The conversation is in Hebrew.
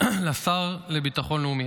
לשר לביטחון לאומי.